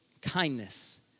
kindness